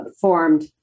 formed